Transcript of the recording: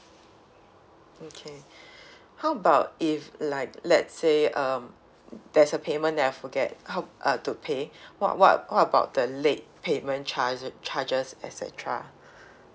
okay how about if like let's say um there's a payment that I forget how uh to pay what what what about the late payment charge~ charges et cetera